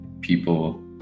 people